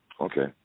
Okay